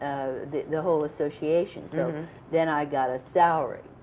the the whole association. so then i got a salary,